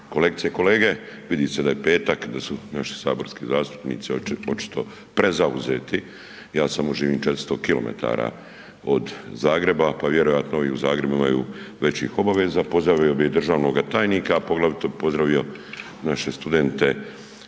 kolegice i kolege, vidi se da je petak, da su naši saborski zastupnici očito prezauzeti, ja samo živim 400 km od Zagreba pa vjerojatno i u Zagrebu imaju većih obaveza. Pozdravio bi državnog tajnika, a poglavito bi pozdravio naše studente